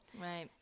Right